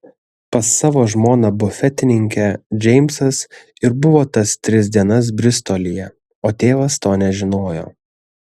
pas savo žmoną bufetininkę džeimsas ir buvo tas tris dienas bristolyje o tėvas to nežinojo